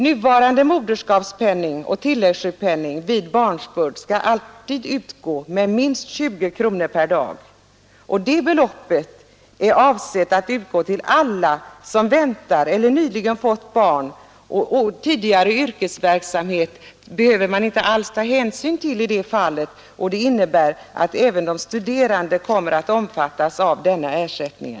Nuvarande moderskapspenning och tilläggssjukpenning vid barnsbörd skall alltid utgå med minst 20 kronor per dag, och detta belopp är avsett att utgå till alla som väntar eller nyligen fått barn. I det fallet behöver man inte ta hänsyn till tidigare yrkesverksamhet, och det innebär, att även de studerande kommer att omfattas av denna ersättning.